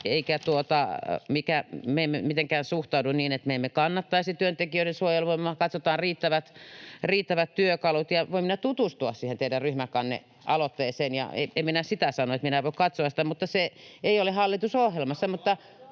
Me emme mitenkään suhtaudu niin, että me emme kannattaisi työntekijöiden suojelua, vaan katsotaan riittävät työkalut. Voin minä tutustua siihen teidän ryhmäkannealoitteeseen. En minä sitä sano, että minä en voi katsoa sitä, mutta se ei ole hallitusohjelmassa,